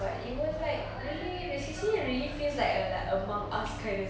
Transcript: but it was like really the C_C_A really feels like a like a amongst us kind of